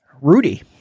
Rudy